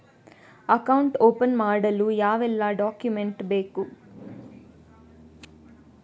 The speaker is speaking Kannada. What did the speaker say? ಅಕೌಂಟ್ ಓಪನ್ ಮಾಡಲು ಯಾವೆಲ್ಲ ಡಾಕ್ಯುಮೆಂಟ್ ಬೇಕು?